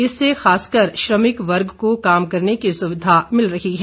इससे खास कर श्रमिक वर्ग को काम करने की सुविधा मिल रही है